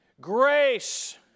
grace